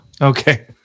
Okay